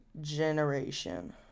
generation